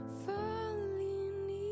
falling